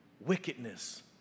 wickedness